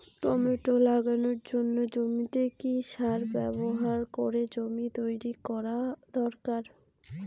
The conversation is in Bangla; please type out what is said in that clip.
টমেটো লাগানোর জন্য জমিতে কি সার ব্যবহার করে জমি তৈরি করা দরকার?